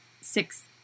six